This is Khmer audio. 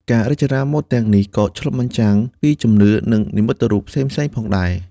ការរចនាម៉ូដទាំងនេះក៏អាចឆ្លុះបញ្ចាំងពីជំនឿ និងនិមិត្តរូបផ្សេងៗផងដែរ។